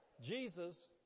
Jesus